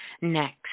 next